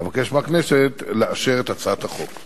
אבקש מהכנסת לאשר את הצעת החוק.